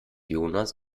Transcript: jonas